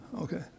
okay